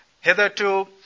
Hitherto